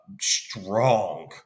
Strong